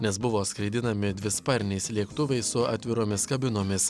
nes buvo skraidinami dvisparniais lėktuvais su atviromis kabinomis